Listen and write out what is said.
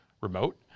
remote